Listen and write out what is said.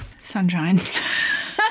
Sunshine